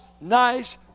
nice